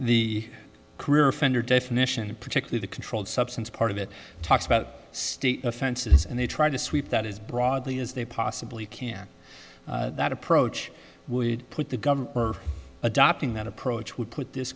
the career offender definition in particular the controlled substance part of it talks about state offenses and they try to sweep that is broadly as they possibly can that approach would put the government adopting that approach would put this